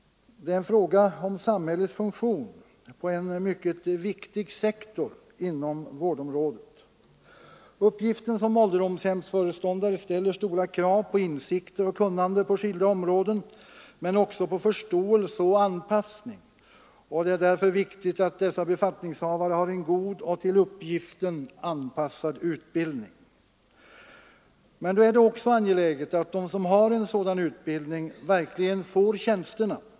Det är en fråga om en samhällets funktion på en mycket viktig sektor inom vårdområdet. Uppgiften som ålderdomshemsföreståndare ställer stora krav på insikter och kunnande på skilda områden men också i vad gäller förståelse och anpassning. Därför är det viktigt att befattningshavarna har en god och till uppgiften anpassad utbildning. Men då är det också angeläget att de som har sådan utbildning verkligen får tjänsterna.